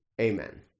Amen